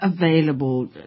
available